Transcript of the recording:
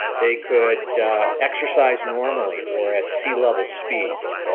they could exercise normally or at sea-level speeds.